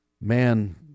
Man